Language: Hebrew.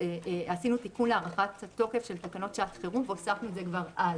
כשעשינו תיקון להארכת התוקף של תקנות שעת חירום והוספנו את זה כבר אז.